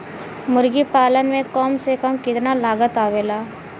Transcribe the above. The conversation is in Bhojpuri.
मुर्गी पालन में कम से कम कितना लागत आवेला?